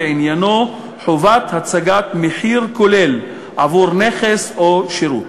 ועניינו חובת הצגת מחיר כולל עבור נכס או שירות.